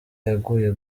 yaguye